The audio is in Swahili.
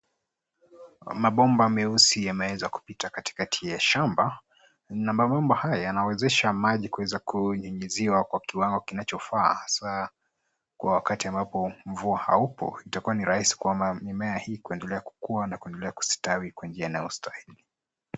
Mabomba meusi yameeza kupita katikati ya shamba na mabomba hayo yanawezesha maji kuweza kunyunyiziwa kwa kiwango kinachofaa, hasaa, kwa wakati ambapo mvua haupo, itakuwa ni rahisi kwamba mimea hii kuendelea kukua na kuendelea kustawi kwa njia inayostahili.